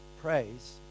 Praise